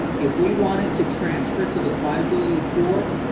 if we wanted to transfer it to the five billion poor,